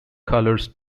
colors